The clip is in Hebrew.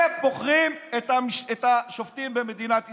אלה בוחרים את השופטים במדינת ישראל,